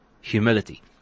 humility